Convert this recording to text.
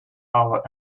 over